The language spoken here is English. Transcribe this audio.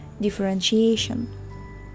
differentiation